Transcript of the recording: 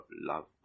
love